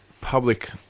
public